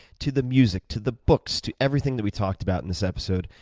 to the music, to the books, to everything that we talked about in this episode,